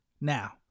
Now